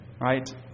right